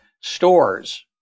stores